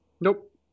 Nope